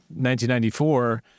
1994